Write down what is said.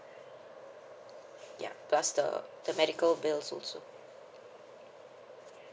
ya plus the the medical bills also